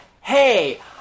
Hey